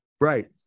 Right